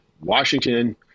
Washington